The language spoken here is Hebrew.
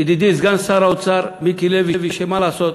ידידי סגן שר האוצר מיקי לוי, מה לעשות,